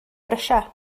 brysia